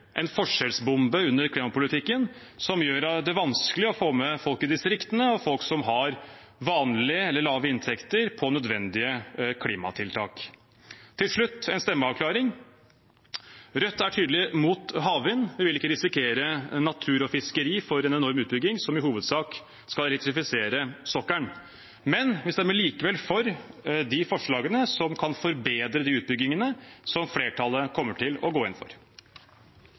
som gjør det vanskelig å få med folk i distriktene og folk som har vanlig eller lav inntekt, på nødvendige klimatiltak. Til slutt en stemmeavklaring: Rødt er tydelig imot havvind. Vi vil ikke risikere natur og fiskeri for en enorm utbygging som i hovedsak skal elektrifisere sokkelen. Men vi stemmer likevel for de forslagene som kan forbedre de utbyggingene som flertallet kommer til å gå inn for.